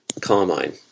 carmine